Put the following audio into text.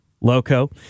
loco